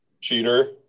cheater